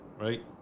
right